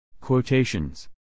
Quotations